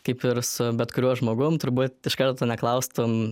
kaip ir su bet kuriuo žmogum turbūt iš karto neklaustum